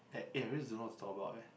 at eh I really don't know what to talk about eh